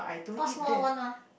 all small one what